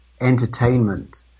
entertainment